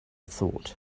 thought